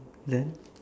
then